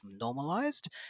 normalized